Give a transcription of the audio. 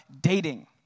dating